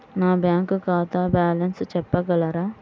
నా బ్యాంక్ ఖాతా బ్యాలెన్స్ చెప్పగలరా?